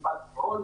משפט אחרון